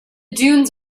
dunes